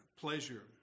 pleasure